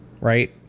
right